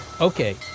Okay